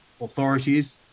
authorities